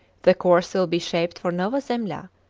the course will be shaped for nova zembla,